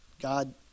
God